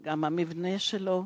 גם המבנה שלו,